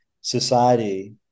society